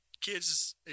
kids